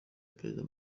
perezida